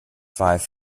five